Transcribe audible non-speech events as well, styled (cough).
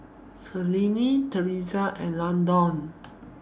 Selene (unintelligible) and Landon